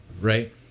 right